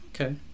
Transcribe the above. Okay